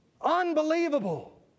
Unbelievable